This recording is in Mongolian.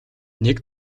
нэг